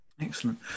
Excellent